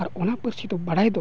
ᱟᱨ ᱚᱱᱟ ᱯᱟᱹᱨᱥᱤ ᱫᱚ ᱵᱟᱲᱟᱭ ᱫᱚ